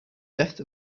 death